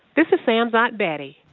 this is sam's aunt betty.